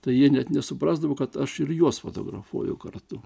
tai jie net nesuprasdavo kad aš ir juos fotografuoju kartu